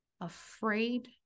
afraid